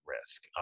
risk